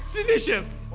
delicious.